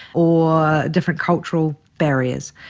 or different cultural barriers.